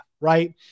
right